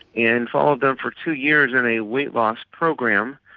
and followed them for two years in a weight loss program.